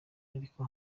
ariko